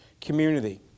community